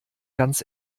ganz